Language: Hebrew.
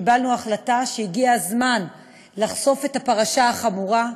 קיבלנו החלטה שהגיע הזמן לחשוף את הפרשה החמורה.